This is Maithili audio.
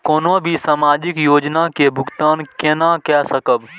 कोनो भी सामाजिक योजना के भुगतान केना कई सकब?